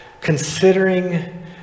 considering